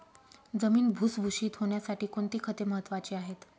जमीन भुसभुशीत होण्यासाठी कोणती खते महत्वाची आहेत?